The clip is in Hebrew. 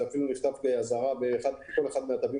זה אפילו נכתב באזהרה בכל אחד מהדפים